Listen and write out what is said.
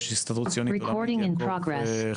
הסתדרות הציונית העולמית יעקב חגואל,